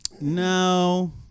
No